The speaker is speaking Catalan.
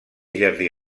jardí